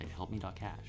helpme.cash